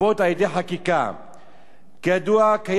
כידוע, קיימת רגישות תרבותית ובעייתית